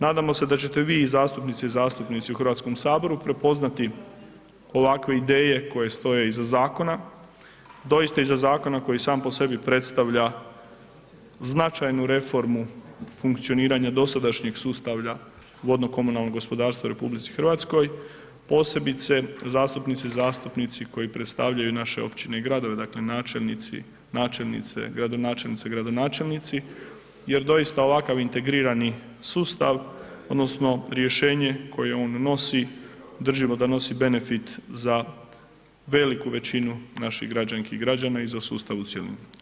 Nadamo se da ćete vi zastupnice i zastupnici u Hrvatskom saboru prepoznati ovakve ideje koje stoje iza zakona, doista iza zakona koji sam po sebi predstavlja značajnu reformu u funkcioniranju dosadašnjih sustava vodno-komunalnog gospodarstva u RH, posebice zastupnice i zastupnici koji predstavljaju naše općine i gradove, dakle načelnici, načelnice, gradonačelnice i gradonačelnici jer doista ovakav integrirani sustav odnosno rješenje koje on nosi, držimo da nosi benefit za veliku većinu naših građani i građana i za sustav u cijelom.